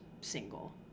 single